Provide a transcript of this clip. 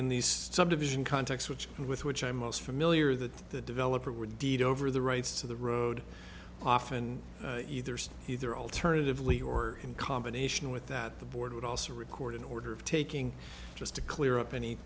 in these subdivision contacts which with which i am most familiar that the developer would deed over the rights to the road often either either alternatively or in combination with that the board would also record an order of taking just to clear up any